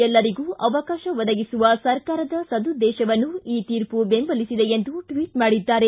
ಎಲ್ಲರಿಗೂ ಅವಕಾಶ ಒದಗಿಸುವ ಸರ್ಕಾರದ ಸದುದ್ದೇಶವನ್ನು ಈ ತೀರ್ಪು ಬೆಂಬಲಿಸಿದೆ ಎಂದು ಟ್ವಿಚ್ ಮಾಡಿದ್ದಾರೆ